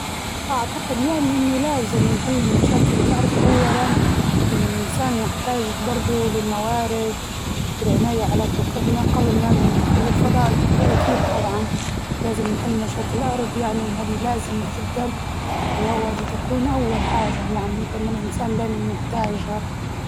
أعتقد يعني إنه لازم نحل المشاكل الأرض أولاً لأن الإنسان محتاج برضه للموارد والعناية على كوكبنا قبل ما ننتقل للفضاء، يعني أكيد طبعاً لازم نحل مشاكل الأرض يعني وهادي لازمة جداً وهادي تكون أول حاجة يعني، لأن الإنسان دايماً يحتاجها,